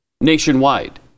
Nationwide